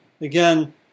again